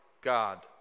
God